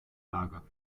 lager